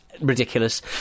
ridiculous